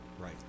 right